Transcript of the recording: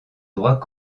droit